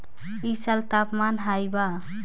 इ साल तापमान हाई बा